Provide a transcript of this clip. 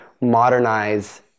modernize